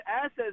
assets